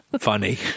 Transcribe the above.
Funny